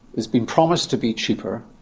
it's been promised to be cheaper,